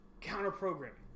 counter-programming